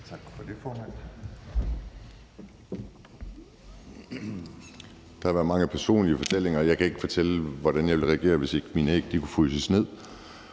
Tak for det, formand.